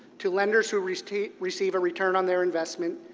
to lenders who receive receive a return on their investment,